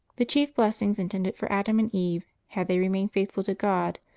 the chief blessings intended for adam and eve, had they remained faithful to god,